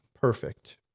perfect